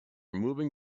moving